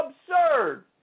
absurd